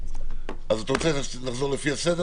צריך להקריא את התיקון החדש.